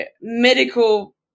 medical